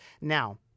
Now